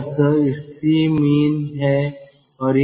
यह Cmin है और यह Cmax है